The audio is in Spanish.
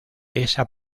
esa